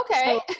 Okay